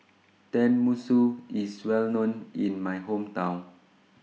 Tenmusu IS Well known in My Hometown